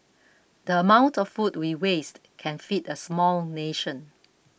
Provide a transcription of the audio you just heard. the amount of food we waste can feed a small nation